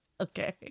Okay